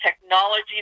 technology